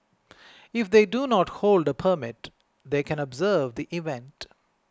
if they do not hold a permit they can observe the event